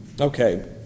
Okay